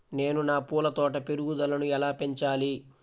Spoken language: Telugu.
నేను నా పూల తోట పెరుగుదలను ఎలా పెంచాలి?